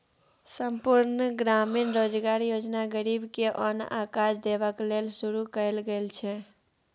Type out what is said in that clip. संपुर्ण ग्रामीण रोजगार योजना गरीब के ओन आ काज देबाक लेल शुरू कएल गेल छै